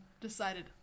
decided